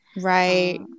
right